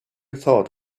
thought